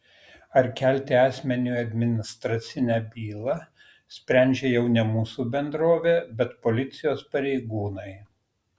ar kelti asmeniui administracinę bylą sprendžia jau ne mūsų bendrovė bet policijos pareigūnai